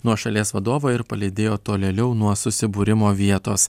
nuo šalies vadovo ir palydėjo tolėliau nuo susibūrimo vietos